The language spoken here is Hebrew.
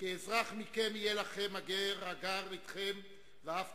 כאזרח מכם יהיה לכם הגר הגר אתכם ואהבת